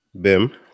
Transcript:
Bim